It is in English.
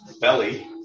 belly